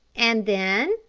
and then?